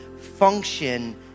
function